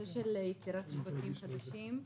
לשאול אותך לגבי יצירת שווקים חדשים.